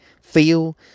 feel